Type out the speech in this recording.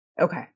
Okay